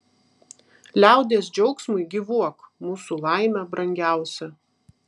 liaudies džiaugsmui gyvuok mūsų laime brangiausia